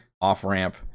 off-ramp